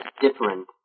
different